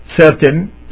certain